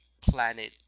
planet